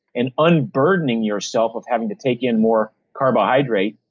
and unburdening yourself of having to take in more carbohydrates,